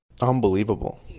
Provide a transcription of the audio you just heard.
Unbelievable